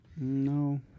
No